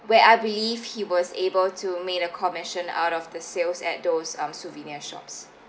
where I believe he was able to made a commission out of the sales at those um souvenir shops